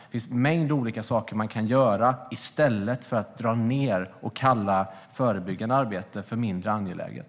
Det finns en mängd olika saker man kan göra i stället för att dra ned och kalla förebyggande arbete för mindre angeläget.